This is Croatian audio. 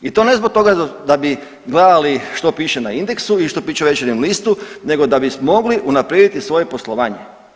I to ne zbog toga da bi gledali što piše na Indexu ili što piše u Večernjem listu nego da bi mogli unaprijediti svoje poslovanje.